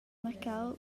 marcau